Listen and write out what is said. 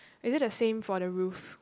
is it the same for the roof